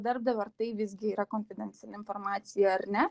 darbdavio ar tai visgi yra konfidenciali informacija ar ne